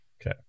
Okay